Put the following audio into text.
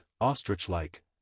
ostrich-like